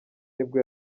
nibwo